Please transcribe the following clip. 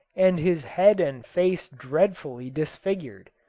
and his head and face dreadfully disfigured.